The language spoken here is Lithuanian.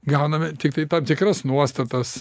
gauname tiktai tam tikras nuostatas